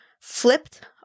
flipped